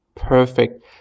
Perfect